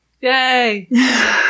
Yay